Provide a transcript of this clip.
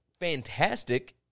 fantastic